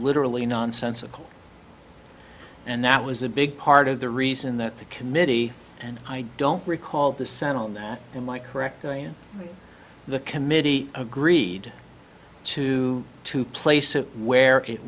literally nonsensical and that was a big part of the reason that the committee and i don't recall the senate that in my correct the committee agreed to to place it where it